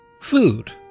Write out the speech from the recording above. food